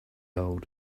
old